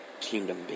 Kingdom